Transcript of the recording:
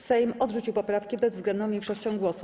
Sejm odrzucił poprawki bezwzględną większością głosów.